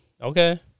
okay